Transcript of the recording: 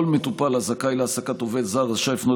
כל מטופל הזכאי להעסקת עובד זר רשאי לפנות